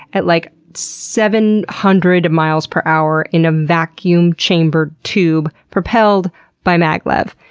at like seven hundred mph in a vacuum-chambered tube propelled by maglev.